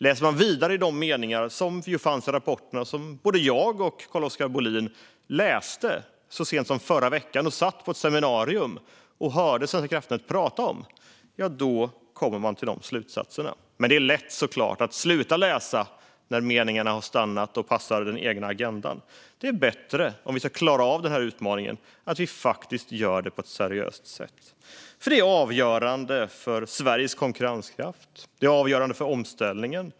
Läser man vidare i meningarna i den rapport som både jag och Carl-Oskar Bohlin läste så sent som förra veckan, när vi satt på ett seminarium och hörde Svenska kraftnät prata om detta, kommer man till de slutsatserna. Men det är såklart lätt att sluta läsa där meningarna inte längre passar den egna agendan. Om vi ska klara av den här utmaningen är det bättre att vi faktiskt gör det på ett seriöst sätt. Det är avgörande för Sveriges konkurrenskraft. Det är avgörande för omställningen.